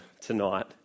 tonight